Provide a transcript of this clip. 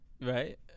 Right